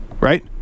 right